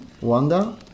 Wanda